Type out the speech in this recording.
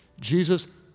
Jesus